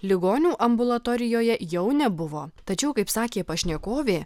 ligonių ambulatorijoje jau nebuvo tačiau kaip sakė pašnekovė